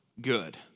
good